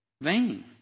vain